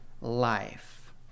life